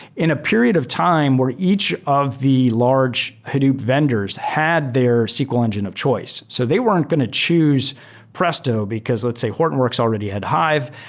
in a period of time where each of the large hadoop vendors had their sql engine of choice. so they weren't going to choose presto because, let's say, hortonworks already had hive.